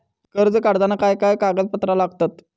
कर्ज काढताना काय काय कागदपत्रा लागतत?